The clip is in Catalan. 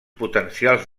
potencials